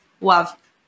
Love